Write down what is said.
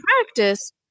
practice